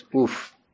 oof